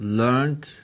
learned